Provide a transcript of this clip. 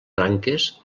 branques